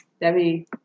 Debbie